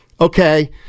okay